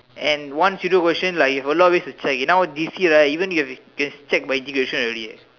and once you do question like you have a lot of ways to check now J_C right even you can just check by easy question already